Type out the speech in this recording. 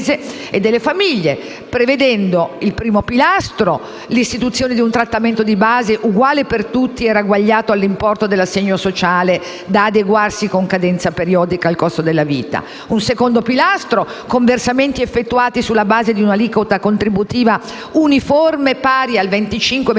e delle famiglie, prevedendo, come primo pilastro, l'istituzione di un trattamento di base, uguale per tutti e ragguagliato all'importo dell'assegno sociale da adeguarsi con cadenza periodica al costo della vita, un secondo pilastro, con versamenti effettuati sulla base di un'aliquota contributiva uniforme pari al 25-26